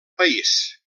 país